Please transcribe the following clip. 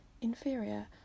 inferior